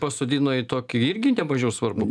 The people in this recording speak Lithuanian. pasodino į tokį irgi ne mažiau svarbų